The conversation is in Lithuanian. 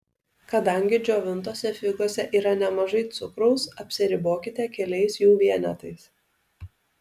kadangi džiovintose figose yra nemažai cukraus apsiribokite keliais jų vienetais